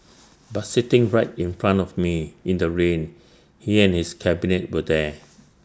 but sitting right in front of me in the rain he and his cabinet were there